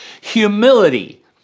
humility